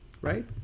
right